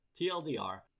TLDR